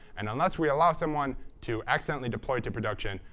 and unless we allow someone to accidentally deploy it to production,